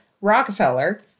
Rockefeller